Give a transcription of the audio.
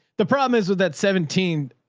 the problem is with that seventeen,